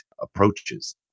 approaches